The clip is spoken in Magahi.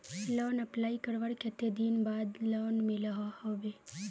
लोन अप्लाई करवार कते दिन बाद लोन मिलोहो होबे?